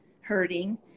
hurting